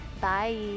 bye